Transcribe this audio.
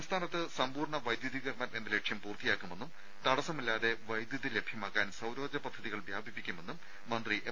സംസ്ഥാനത്ത് സമ്പൂർണ്ണ വൈദ്യുതീകരണം എന്ന ലക്ഷ്യം പൂർത്തിയാക്കുമെന്നും തടസ്സമില്ലാതെ വൈദ്യുതി ലഭ്യമാക്കാൻ സൌരോർജ്ജ പദ്ധതികൾ വ്യാപിപ്പിക്കുമെന്നും മന്ത്രി എം